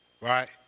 Right